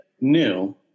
new